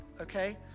Okay